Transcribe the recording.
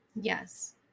Yes